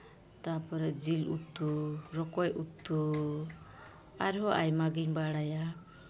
ᱛᱟᱨᱯᱚᱨᱮ ᱡᱤᱞ ᱩᱛᱩ ᱨᱚᱠᱚᱡ ᱩᱛᱩ ᱟᱨ ᱦᱚᱸ ᱟᱭᱢᱟ ᱜᱮᱧ ᱵᱟᱲᱟᱭᱟ